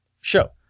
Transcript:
show